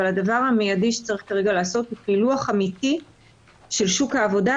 אבל הדבר המיידי שצריך כרגע לעשות הוא פילוח אמיתי של שוק העבודה,